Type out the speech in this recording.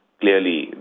Clearly